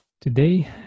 Today